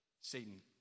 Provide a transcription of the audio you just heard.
Satan